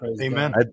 amen